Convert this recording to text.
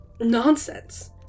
Nonsense